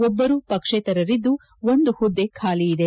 ಒಬ್ಬರು ಪಕ್ಷೇತರರಿದ್ದು ಒಂದು ಹುದ್ದೆ ಖಾಲಿ ಇದೆ